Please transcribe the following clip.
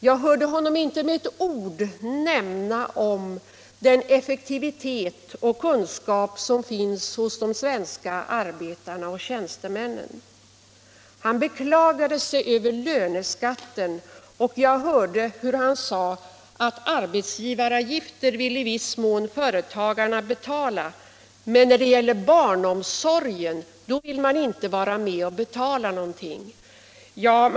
Jag hörde honom inte med ett ord nämna den effektivitet och kunskap som finns hos de svenska arbetarna och tjänstemännen. Han beklagade sig över löneskatten. Jag hörde hur han sade att företagarna i viss mån vill betala arbetsgivaravgifter men inte vill vara med och betala någonting när det gäller barnomsorgen.